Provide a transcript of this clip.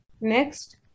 Next